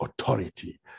authority